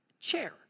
chair